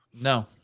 No